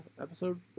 episode